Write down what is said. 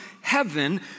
heaven